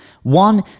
One